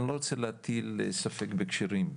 אני לא רוצה להטיל ספק בקשרים,